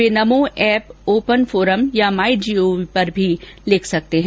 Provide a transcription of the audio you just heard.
वे Namo app open forum या my G O V पर भी लिख सकते हैं